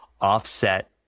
offset